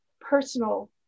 personal